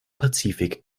pazifik